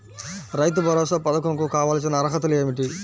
రైతు భరోసా పధకం కు కావాల్సిన అర్హతలు ఏమిటి?